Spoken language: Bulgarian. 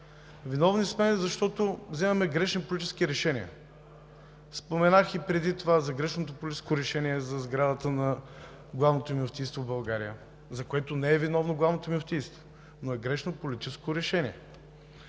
Виновни сме, защото вземаме грешни политически решения. Споменах преди това и за грешното политическо решение за сградата на Главното мюфтийство в България, за което не е виновно Главното мюфтийство, но е грешно политическо решение.